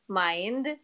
mind